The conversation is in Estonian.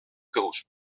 kõhus